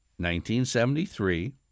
1973